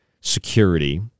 security